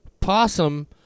Possum